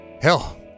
hell